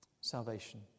Salvation